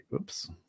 Oops